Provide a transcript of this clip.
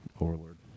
Overlord